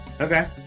Okay